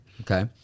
Okay